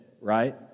right